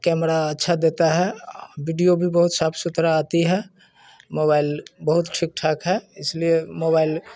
camera अच्छा देता है बिडिओ भी बहुत साफ सुथरा आती है मोबाइल बहुत ठीक ठाक है इसलिए मोबाइल